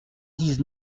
dix